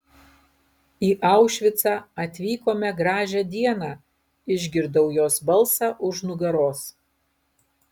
į aušvicą atvykome gražią dieną išgirdau jos balsą už nugaros